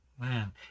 Man